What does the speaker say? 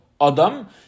Adam